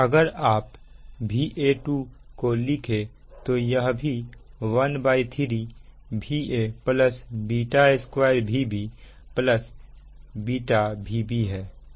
अगर आप Va2 को लिखें तो यह भी 13 Va β2 Vb β Vb है